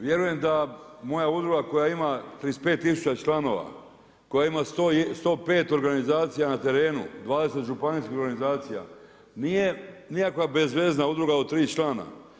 Vjerujem da moja udruga koja ima 35000 članova, koja ima 105 organizacija na terenu, 20 županijskih organizacija nije nikakva bezvezna udruga od tri člana.